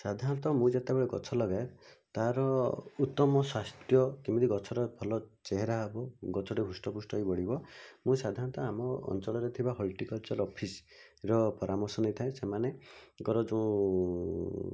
ସାଧାରଣତଃ ମୁଁ ଯେତେବେଳେ ଗଛ ଲଗାଏ ତା'ର ଉତ୍ତମ ସ୍ୱାସ୍ଥ୍ୟ କେମିତି ଗଛର ଭଲ ଚେହେରା ହେବ ଗଛଟି ହୃଷ୍ଟପୃଷ୍ଟ ହୋଇ ବଢ଼ିବ ମୁଁ ସାଧାରଣତଃ ଆମ ଅଞ୍ଚଳରେ ଥିବା ହର୍ଟିକଲଚର୍ ଅଫିସ୍ର ପରାମର୍ଶ ନେଇଥାଏ ସେମାନଙ୍କର ଯେଉଁ